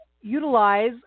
utilize